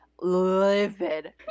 livid